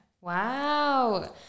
Wow